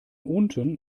unten